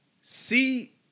see